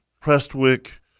Prestwick